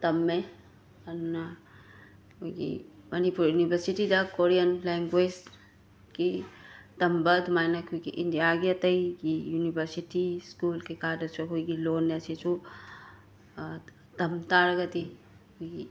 ꯇꯝꯃꯦ ꯑꯗꯨꯅꯥ ꯑꯈꯣꯏꯒꯤ ꯃꯅꯤꯄꯨꯔ ꯏꯅꯤꯕꯁꯤꯇꯤꯗ ꯀꯣꯔꯤꯌꯟ ꯂꯦꯡꯒ꯭ꯋꯦꯁ ꯀꯤ ꯇꯝꯕꯥ ꯑꯗꯨꯃꯥꯏꯅ ꯑꯈꯣꯏꯒꯤ ꯏꯟꯗꯤꯌꯥꯒꯤ ꯑꯇꯩꯒꯤ ꯌꯨꯅꯤꯕꯁꯤꯇꯤ ꯁ꯭ꯀꯨꯜ ꯀꯩ ꯀꯥꯗꯁꯨ ꯑꯈꯣꯏꯒꯤ ꯂꯣꯟ ꯑꯁꯤꯁꯨ ꯇꯝ ꯇꯥꯔꯒꯗꯤ ꯑꯈꯣꯏꯒꯤ